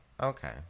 okay